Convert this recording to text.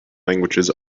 languages